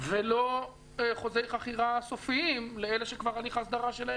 ולא חוזי חכירה סופיים לאלה שכבר הליך ההסדרה שלהם